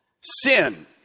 Sin